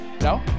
no